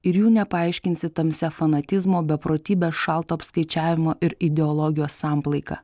ir jų nepaaiškinsi tamsia fanatizmo beprotybės šalto apskaičiavimo ir ideologijos samplaika